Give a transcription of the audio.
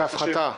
כהפחתה.